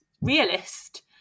realist